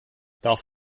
darf